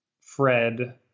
Fred